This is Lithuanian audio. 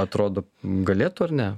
atrodo galėtų ar ne